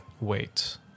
wait